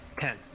Ten